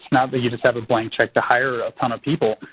not that you just have a blank check to hire a ton of people.